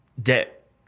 Debt